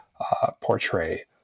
Portray